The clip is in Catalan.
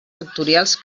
sectorials